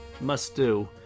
must-do